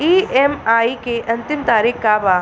EMI के अंतिम तारीख का बा?